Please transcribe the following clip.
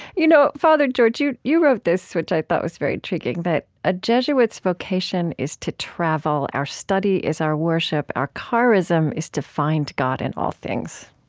you know father george, you you wrote this, which i thought was very intriguing, that a jesuit's vocation is to travel. our study is our worship. our charism is to find god in all things.